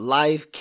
life